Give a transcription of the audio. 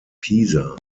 pisa